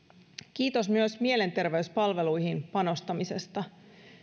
kiitos myös mielenterveyspalveluihin panostamisesta